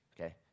okay